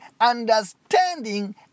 understanding